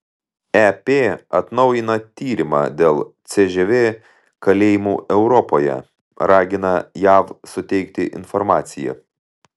ep atnaujina tyrimą dėl cžv kalėjimų europoje ragina jav suteikti informaciją